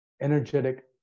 energetic